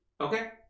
Okay